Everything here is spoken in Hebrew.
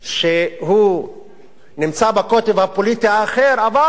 הוא נמצא בקוטב הפוליטי האחר, אבל הוא